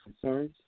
concerns